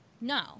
no